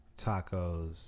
tacos